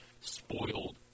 spoiled